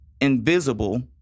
invisible